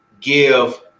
give